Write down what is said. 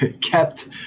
kept